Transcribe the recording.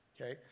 Okay